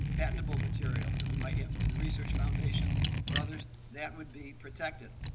patentable material that we might give to the research foundation or others, that would be protected.